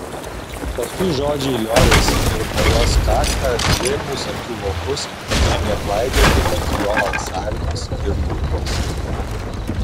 paskui žodžiai liovėsi ir po jos kaktą drėgnus akių vokus ėmė klaidžioti tik jo alsavimas ir lūpos